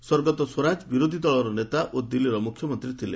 ସ୍ୱର୍ଗତ ସ୍ୱରାଜ ବିରୋଧୀ ଦଳର ନେତା ଓ ଦିଲ୍ଲୀର ମୁଖ୍ୟମନ୍ତ୍ରୀ ଥିଲେ